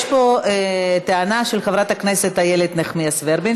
יש פה טענה של חברת הכנסת איילת נחמיאס ורבין